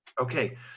Okay